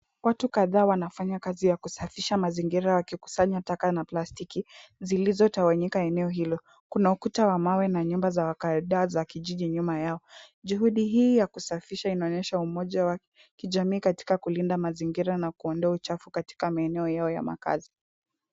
Watu kadhaa wanafanya kazi ya kusafisha mazingira wakikusanya taka na plastiki, zilizokusanyika eneo hilo. Kuna ukuta wa mawe na nyumba za kadaa za kijiji nyuma yao. Juhudi hii ya kusafisha inaonyesha umoja wa kijamii katika kulinda mazingira na kuondoa uchafu katika maeneo yao ya makazi.